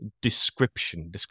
description